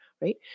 right